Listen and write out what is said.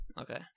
okay